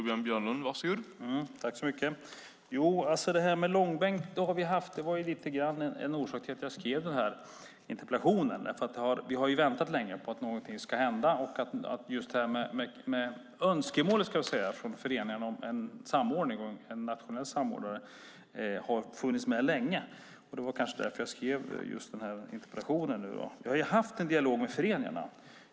Herr talman! Långbänk har vi ju haft. Det var lite grann en orsak till att jag skrev interpellationen. Vi har ju väntat länge på att någonting ska hända. Just önskemålet från föreningarna om en samordning och en nationell samordnare har funnits med länge. Det var kanske därför jag skrev just den här interpellationen. Vi har haft en dialog med föreningarna.